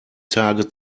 tage